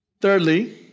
Thirdly